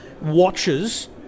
watches